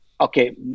okay